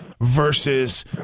versus